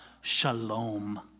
Shalom